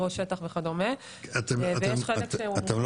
ראש שטח וכדומה ויש חלק שהוא --- נשאר